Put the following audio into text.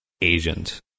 agent